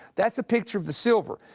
that's a picture of the silver.